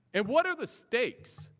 and what are the stakes?